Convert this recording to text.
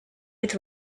with